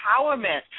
Empowerment